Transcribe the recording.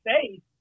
faith